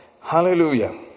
Hallelujah